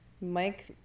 Mike